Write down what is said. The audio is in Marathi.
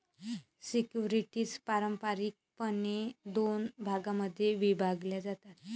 सिक्युरिटीज पारंपारिकपणे दोन भागांमध्ये विभागल्या जातात